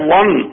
one